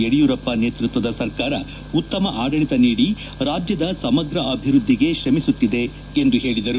ಯಡಿಯೂರಪ್ಪ ನೇತೃತ್ವದ ಸರ್ಕಾರ ಉತ್ತಮ ಆಡಳಿತ ನೀಡಿ ರಾಜ್ಯದ ಸಮಗ್ರ ಅಭಿವೃದ್ದಿಗೆ ಶ್ರಮಿಸುತ್ತಿದೆ ಎಂದು ಹೇಳಿದರು